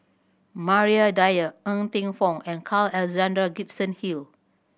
Maria Dyer Ng Teng Fong and Carl Alexander Gibson Hill